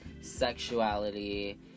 sexuality